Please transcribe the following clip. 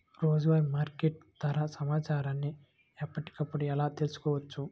రోజువారీ మార్కెట్ ధర సమాచారాన్ని ఎప్పటికప్పుడు ఎలా తెలుసుకోవచ్చు?